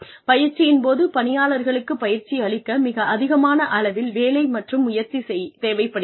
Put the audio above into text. பயிற்சியின் போது பணியாளர்களுக்கு பயிற்சி அளிக்க மிக அதிகமான அளவில் வேலை மற்றும் முயற்சி தேவைப்படுகிறது